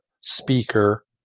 speaker